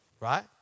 Right